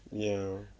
ya